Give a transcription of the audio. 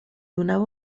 donava